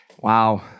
Wow